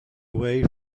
away